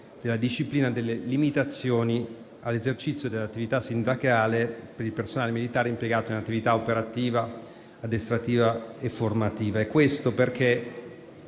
della disciplina delle limitazioni all'esercizio dell'attività sindacale per il personale militare impiegato in attività operativa, addestrativa e formativa. Per questo decreto